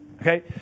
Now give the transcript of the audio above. okay